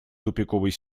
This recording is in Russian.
тупиковой